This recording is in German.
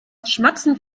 schmatzend